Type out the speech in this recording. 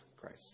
Christ